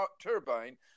turbine